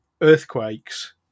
earthquakes